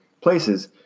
places